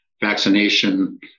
vaccination